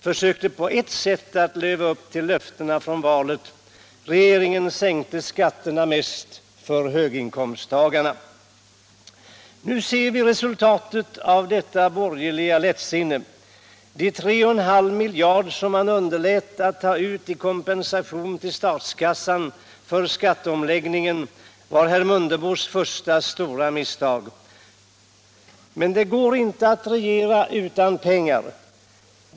— försökte på ett sätt att leva upp till löftena från valet. Regeringen sänkte skatterna mest för höginkomsttagarna. Nu ser vi resultatet av detta borgerliga lättsinne. De tre och en halv miljard som man underlät att ta ut i kompensation till statskassan för skatteomläggningen var herr Mundebos första stora misstag. Men det går inte att regera utan pengar.